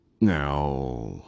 Now